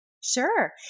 Sure